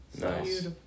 Nice